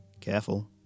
Careful